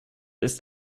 ist